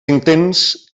intents